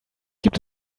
gibt